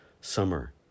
summer